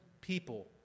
people